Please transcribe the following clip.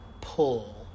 pull